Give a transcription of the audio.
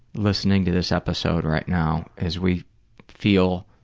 listening to this episode right now, is we feel